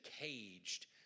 caged